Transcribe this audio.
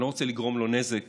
אני לא רוצה לגרום לו נזק